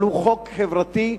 הוא חוק חברתי,